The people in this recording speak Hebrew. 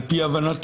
על פי הבנתי,